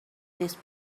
this